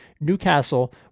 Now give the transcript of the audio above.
Newcastle